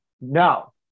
no